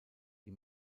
die